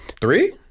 Three